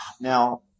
now